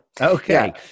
Okay